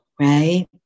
Right